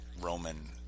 Roman